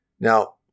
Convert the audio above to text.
now